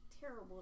terrible